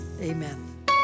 amen